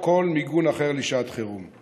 או כל מיגון אחר לשעת חירום.